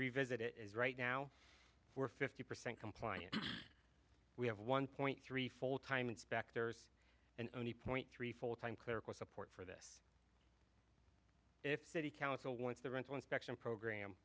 revisit it is right now we're fifty percent compliance we have one point three full time inspectors and only point three full time clerical support if city council wants the rental inspection program